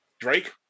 Drake